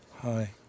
hi